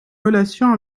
relation